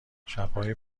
شبهای